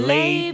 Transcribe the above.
Lay